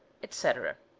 etc.